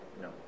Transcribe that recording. No